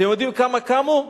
אתם יודעים כמה קמו?